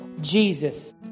Jesus